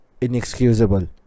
inexcusable